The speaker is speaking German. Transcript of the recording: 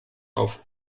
auf